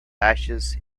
ashes